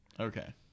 Okay